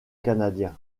canadien